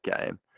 game